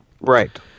Right